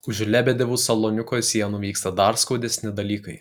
už lebedevų saloniuko sienų vyksta dar skaudesni dalykai